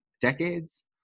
decades